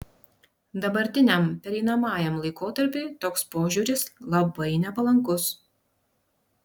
dabartiniam pereinamajam laikotarpiui toks požiūris labai nepalankus